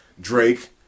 Drake